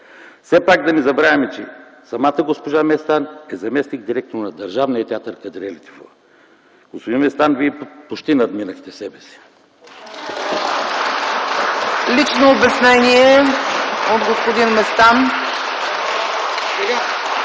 Все пак да не забравяме, че самата госпожа Местан е заместник-директор на Държавния театър „Кадрие Лятифова”. Господин Местан, Вие почти надминахте себе си. (Продължителни ръкопляскания,